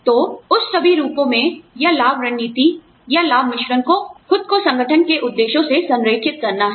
तो उस सभी रूपों या लाभ रणनीति लाभ मिश्रण को खुद को संगठन के उद्देश्यों से संरेखित करना है